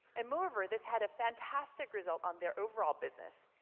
and moreover this had a fantastic result on their overall business.